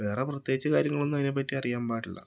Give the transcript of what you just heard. വേറെ പ്രത്യേകിച്ച് കാര്യങ്ങളൊന്നും അതിനെപ്പറ്റി അറിയാൻ പാടില്ല